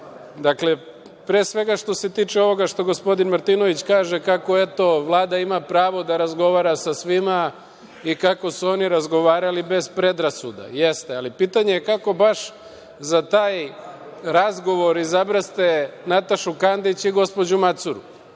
vreme. Pre svega što se tiče ovoga što gospodin Martinović kaže, kako eto Vlada ima pravo da razgovara sa svima i kako su oni razgovarali bez predrasuda, jeste, ali pitanje je baš kako za taj razgovor izabraste Natašu Kandić i gospođu Macuru.